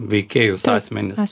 veikėjus asmenis